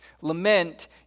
Lament